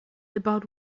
about